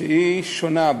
היא שונה.